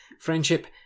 Friendship